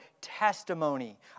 testimony